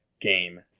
game